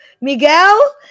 Miguel